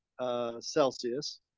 Celsius